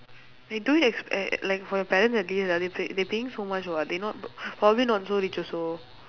they do ex~ like for your parents at least lah they paying so much [what] they not probably not so rich also